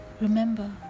remember